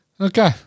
Okay